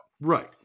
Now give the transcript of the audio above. Right